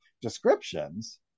descriptions